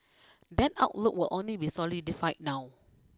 that outlook will only be solidified now